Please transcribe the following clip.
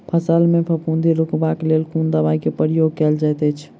फसल मे फफूंदी रुकबाक लेल कुन दवाई केँ प्रयोग कैल जाइत अछि?